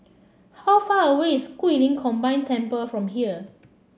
how far away is Guilin Combined Temple from here